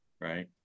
Right